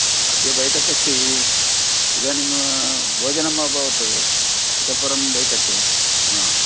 हा अद्य बैठक् अस्ति इदानीं भोजनम् अभवत् इतः परं बैठक् हा